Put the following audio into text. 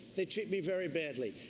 they treat me very badly.